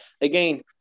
again